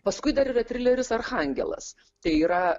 paskui dar yra trileris archangelas tai yra